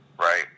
right